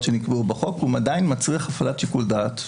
שנקבעו בחוק עדיין מצריך הפעלת שיקול דעת.